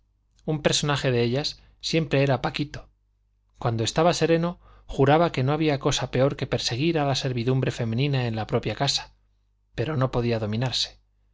un personaje de ellas siempre era paquito cuando estaba sereno juraba que no había cosa peor que perseguir a la servidumbre femenina en la propia casa pero no podía dominarse